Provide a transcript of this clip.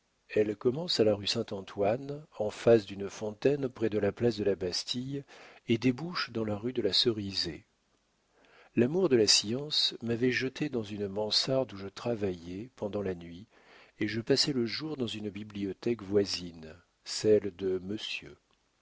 elle commence à la rue saint-antoine en face d'une fontaine près de la place de la bastille et débouche dans la rue de la cerisaie l'amour de la science m'avait jeté dans une mansarde où je travaillais pendant la nuit et je passais le jour dans une bibliothèque voisine celle de monsieur